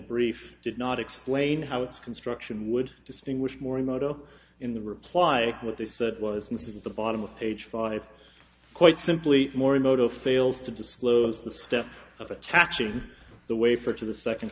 brief did not explain how its construction would distinguish morimoto in the reply what they said was this is the bottom of page five quite simply more emotive fails to disclose the step of attaching the way for to the second